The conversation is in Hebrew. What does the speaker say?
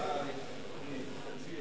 יש לי הצעה.